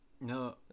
no